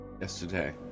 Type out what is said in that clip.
yesterday